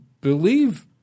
believe